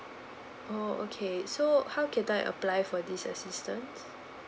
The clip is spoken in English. oh okay so how can I apply for this assistance